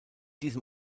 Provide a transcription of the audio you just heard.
diesem